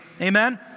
Amen